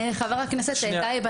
חבר הכנסת טייב,